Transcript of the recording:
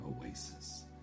oasis